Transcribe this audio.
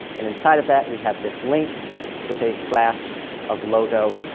and inside of that we have this link with a class of logo,